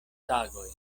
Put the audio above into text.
tagoj